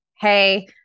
hey